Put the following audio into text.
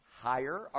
higher